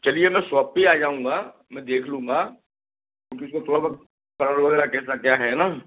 चलिए मैं शॅाप पर ही आ जाऊँगा मैं देख लूँगा क्योंकि उसका थोड़ा बहुत कवर वग़ैरह कैसा क्या है ना